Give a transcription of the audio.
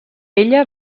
ella